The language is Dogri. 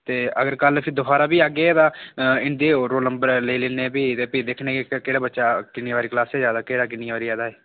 ते अगर कल फिर दोबारा बी आह्गे तां इं'दे ओह् रोल नंबर लेई लैन्ने ते फ्ही दिक्खने किन्ने केह्ड़ा बच्चा किन्नी बारी क्लासै च आए दा केह्ड़ा किन्नी बारी आए दा